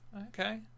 Okay